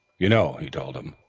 you know, he told him,